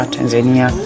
Tanzania